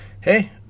hey